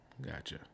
Gotcha